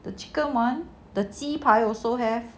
the chicken [one] the 鸡排 also have